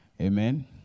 Amen